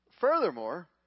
Furthermore